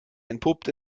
entpuppt